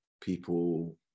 people